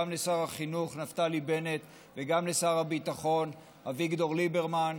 גם לשר החינוך נפתלי בנט וגם לשר הביטחון אביגדור ליברמן,